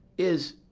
is,